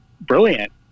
brilliant